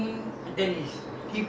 okay lah then that's fine